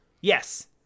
yes